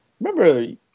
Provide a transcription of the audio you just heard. remember